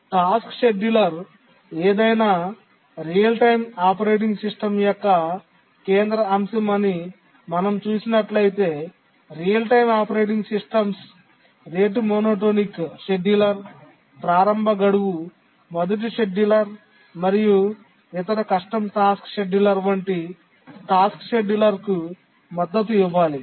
task scheduler ఏదైనా real time operating system యొక్క కేంద్ర అంశం అని మనం చూసినట్లయితే real time operating systems rate monotonic scheduler ప్రారంభ గడువు మొదటి షెడ్యూలర్ మరియు ఇతర కస్టమ్ టాస్క్ షెడ్యూలర్లు వంటి టాస్క్ షెడ్యూలర్లకు మద్దతు ఇవ్వాలి